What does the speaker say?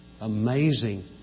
Amazing